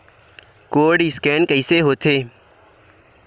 Code scan कइसे होथे?